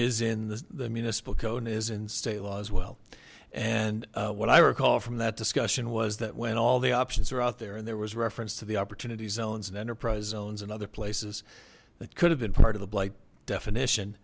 in state law as well and what i recall from that discussion was that when all the options are out there and there was reference to the opportunity zones and enterprise zones and other places that could have been part of the blight definition